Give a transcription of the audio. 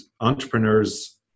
entrepreneurs